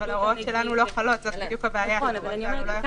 אבל ההוראות שלנו לא חלות, זו בדיוק הבעיה.